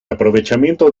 aprovechamiento